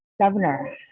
governor